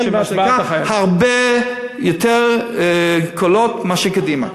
הרבה יותר קולות מאשר קדימה.